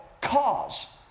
cause